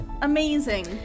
Amazing